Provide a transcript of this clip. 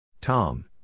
Tom